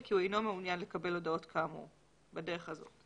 כי הוא אינו מעוניין לקבל הודעות כאמור בדרך הזאת.